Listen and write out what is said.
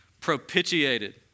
Propitiated